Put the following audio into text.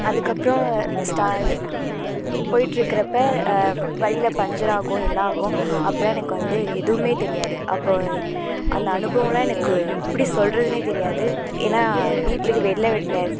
அதுக்கப்புறம் ஸ்டா இது போயிட்டிருக்குறப்ப வழியில பஞ்சர் ஆகும் எல்லாம் ஆகும் அப்போலாம் எனக்கு வந்து எதுவுமே தெரியாது அப்போது அந்த அனுபவம்லாம் எனக்கு எப்படி சொல்கிறதுனே தெரியாது ஏன்னால் வீட்டுக்கு வெளில